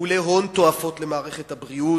הוא עולה הון תועפות למערכת הבריאות,